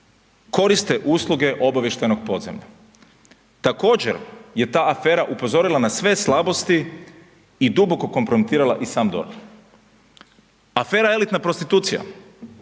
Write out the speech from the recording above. koriste usluge obavještajnog podzemlja. Također je ta afera upozorila na sve slabosti i duboko kompromitirala i sam DORH. Afera elitna prostitucija,